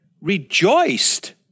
rejoiced